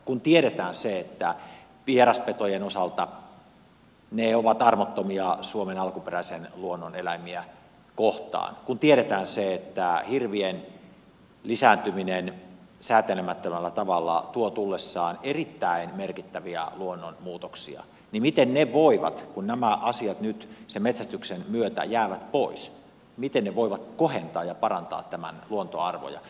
kun tiedetään vieraspetojen osalta se että ne ovat armottomia suomen alkuperäisen luonnon eläimiä kohtaan kun tiedetään se että hirvien lisääntyminen säätelemättömällä tavalla tuo tullessaan erittäin merkittäviä luonnon muutoksia niin miten se voi kun nämä asiat nyt sen metsästyksen myötä jäävät pois kohentaa ja parantaa tämän luontoarvoja